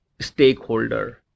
stakeholder